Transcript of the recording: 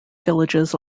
villages